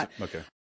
Okay